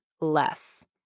less